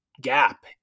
gap